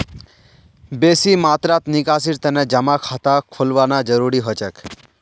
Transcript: बेसी मात्रात निकासीर तने जमा खाता खोलवाना जरूरी हो छेक